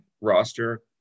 roster